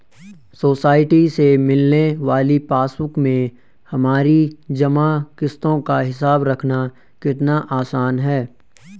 society से मिलने वाली पासबुक में हमारी जमा किश्तों का हिसाब रखना कितना आसान है